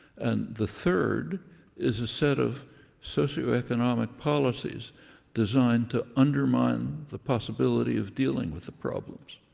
and the third is a set of socioeconomic policies designed to undermine the possibility of dealing with the problems.